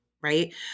right